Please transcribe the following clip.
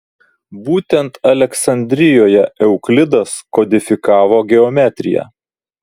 būtent aleksandrijoje euklidas kodifikavo geometriją